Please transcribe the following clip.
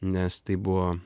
nes tai buvo